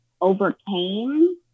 overcame